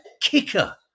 kicker